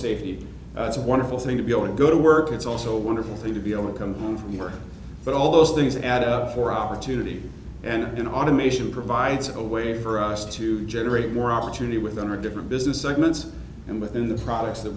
safety it's a wonderful thing to be able to go to work it's also a wonderful thing to be able to come home from work but all those things add up for opportunity and automation provides a way for us to generate more opportunity with under different business segments and within the products that